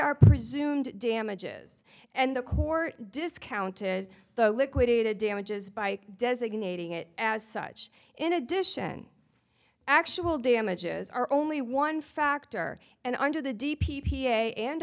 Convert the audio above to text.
are presumed damages and the court discounted the liquidated damages by designating it as such in addition actual damages are only one factor and under the d p p a and